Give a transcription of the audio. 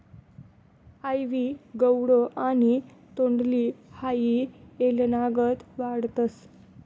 आइवी गौडो आणि तोंडली हाई येलनागत वाढतस